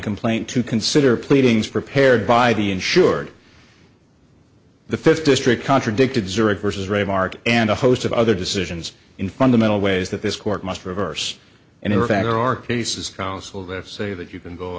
complaint to consider pleadings prepared by the insured the fifth district contradicted zurich versus raymart and a host of other decisions in fundamental ways that this court must reverse and in fact there are cases council that say that you can go